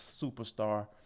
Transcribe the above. superstar